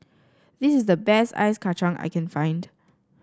this is the best Ice Kacang I can find